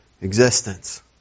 existence